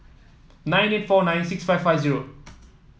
nine eight four nine six five five zero